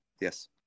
yes